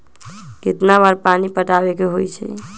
कितना बार पानी पटावे के होई छाई?